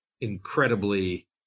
incredibly